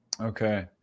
Okay